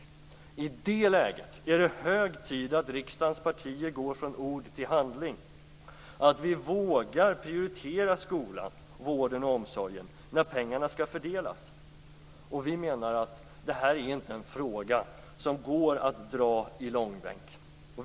I ett sådant läge är det hög tid att riksdagens partier går från ord till handling, att vi vågar prioritera skolan, vården och omsorgen när pengarna skall fördelas. Vi menar att det inte går att dra denna fråga i långbänk.